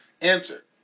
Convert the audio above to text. Answer